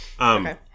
Okay